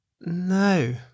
No